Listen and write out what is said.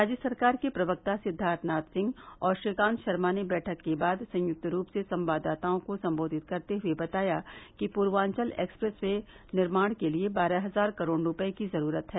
राज्य सरकार के प्रवक्ता सिद्वार्थनाथ सिंह और श्रीकांत शर्मा ने बैठक के बाद सयुक्त रूप से संवाददाताओं को सम्बोधित करते हुए बताया कि पूर्वांचल एक्सप्रेस वे निर्माण के लिए बारह हजार करोड़ रूपये की जरूरत है